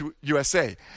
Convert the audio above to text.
USA